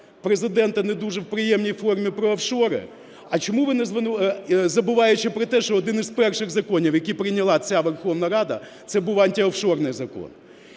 Президента, не дуже в приємній формі, про офшори. А чому ви, забуваючи про те, що один із перших законів, які прийняла ця Верховна Рада – це був антиофшорний закон.